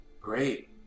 Great